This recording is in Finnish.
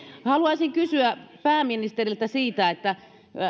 haluaisin kysyä pääministeriltä